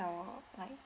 our like